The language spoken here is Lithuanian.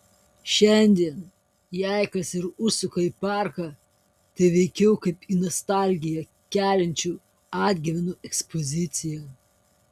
šiandien jei kas ir užsuka į parką tai veikiau kaip į nostalgiją keliančių atgyvenų ekspoziciją